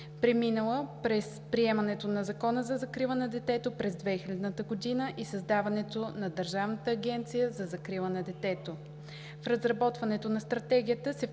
преминала през приемането на Закона за закрила на детето през 2000 г. и създаването на Държавната агенция за закрила на детето. В разработването на Стратегията се включиха